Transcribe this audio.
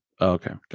okay